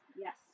Yes